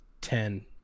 ten